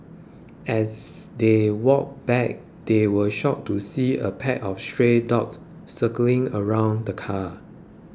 as they walked back they were shocked to see a pack of stray dogs circling around the car